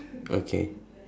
okay